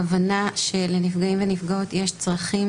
יש הבנה שלנפגעים ולנפגעות יש צרכים